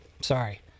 Sorry